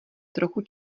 trochu